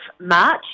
March